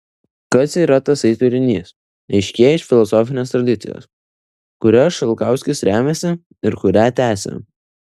kas yra tasai turinys aiškėja iš filosofinės tradicijos kuria šalkauskis remiasi ir kurią tęsia